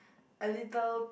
a little